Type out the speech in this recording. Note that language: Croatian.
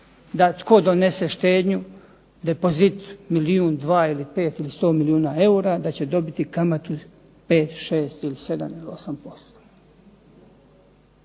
da tko donese štednju depozit milijun, 2 ili 5, ili 100 milijuna eura da će dobiti kamatu 5, 6, 7 ili 8%. To